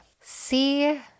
see